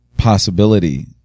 possibility